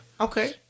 Okay